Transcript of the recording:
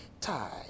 Tie